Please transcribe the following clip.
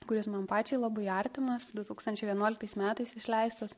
kuris man pačiai labai artimas du tūkstančiai vienuoliktais metais išleistas